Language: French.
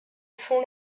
fond